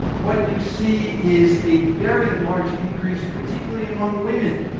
what you see is a very large increase, particularly among women.